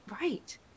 right